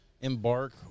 embark